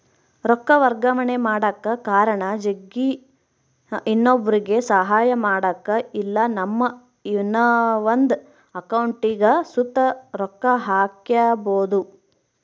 ರೊಕ್ಕ ವರ್ಗಾವಣೆ ಮಾಡಕ ಕಾರಣ ಜಗ್ಗಿ, ಇನ್ನೊಬ್ರುಗೆ ಸಹಾಯ ಮಾಡಕ ಇಲ್ಲಾ ನಮ್ಮ ಇನವಂದ್ ಅಕೌಂಟಿಗ್ ಸುತ ರೊಕ್ಕ ಹಾಕ್ಕ್ಯಬೋದು